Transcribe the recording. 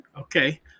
okay